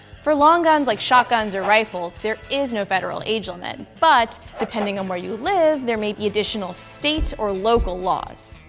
for long guns like shotguns or rifles, there is no federal age limit, but depending on where you live, there may be additional state or local laws.